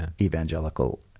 evangelical